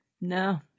No